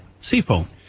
Seafoam